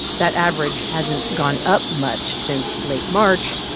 that average hasn't gone up much since late march,